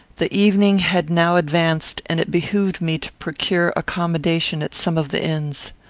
the evening had now advanced, and it behooved me to procure accommodation at some of the inns.